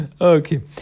okay